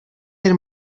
del